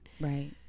Right